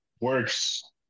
works